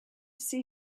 see